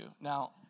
Now